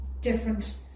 different